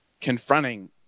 confronting